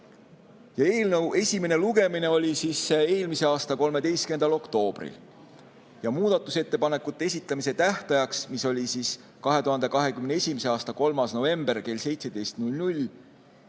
Eelnõu esimene lugemine oli eelmise aasta 13. oktoobril. Muudatusettepanekute esitamise tähtajaks, mis oli 2021. aasta 3. november kell 17,